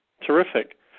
terrific